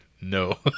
no